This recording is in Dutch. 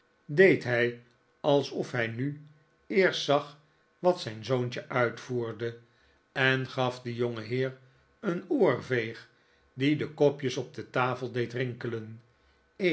deed hij alsof hij nu eerst zag wat zijn zoontje uitvoerde en gaf den jongenheer een oorveeg die de kopjes op de tafel deed rinkelen